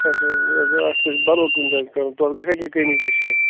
اَچھا نہَ حظ اَسہِ وُچھ بَدَل کُنہِ جایہِ کَرُن توتہِ گژھیٛا کیٚنٛہہ کٔمی پیٖشی